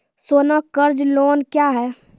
सोना कर्ज लोन क्या हैं?